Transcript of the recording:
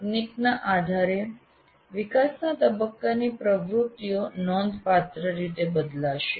તકનીકના આધારે વિકાસના તબક્કાની પ્રવૃત્તિઓ નોંધપાત્ર રીતે બદલાશે